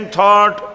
Thought